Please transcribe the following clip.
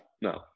no